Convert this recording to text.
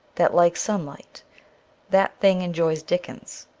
that likes sunlight that thing enjoys dickens.